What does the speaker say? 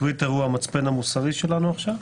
טוויטר הוא המצפן המוסרי שלנו עכשיו?